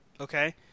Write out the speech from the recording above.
okay